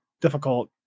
difficult